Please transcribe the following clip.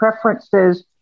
preferences